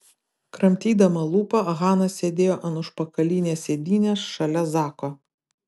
kramtydama lūpą hana sėdėjo ant užpakalinės sėdynės šalia zako